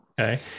Okay